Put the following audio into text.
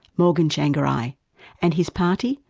morgan tsvangirai, and his party,